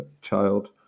child